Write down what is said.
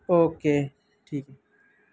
okay ठीक आहे